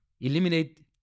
eliminate